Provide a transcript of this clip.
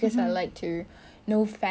but tak tak macam seram ke